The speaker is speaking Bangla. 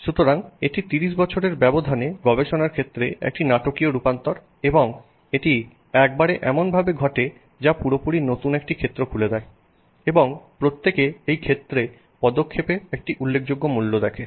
সুতরাং এটি 30 বছরের ব্যবধানে গবেষণার ক্ষেত্রে একটি নাটকীয় রূপান্তর এবং এটি একবারে এমনভাবে ঘটে যা পুরোপুরি নতুন একটি ক্ষেত্র খুলে দেয় এবং প্রত্যেকে এই ক্ষেত্রে পদক্ষেপে একটি উল্লেখযোগ্য মূল্য দেখে